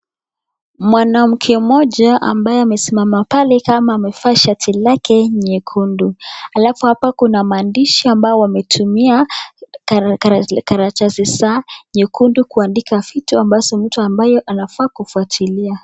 Mwanamke mmoja ambaye amesimama pale, kama amevaa shati lake nyekundu. Alafu hapa kuna maandishi ambayo wametumia karatasi za nyukundu vitu ambayo mtu anafaa kufuatilia.